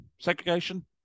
segregation